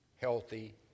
healthy